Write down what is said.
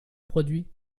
produit